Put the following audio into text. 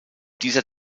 dieser